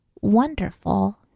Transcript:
Wonderful